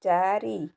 ଚାରି